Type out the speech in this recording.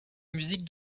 musique